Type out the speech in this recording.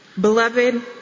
Beloved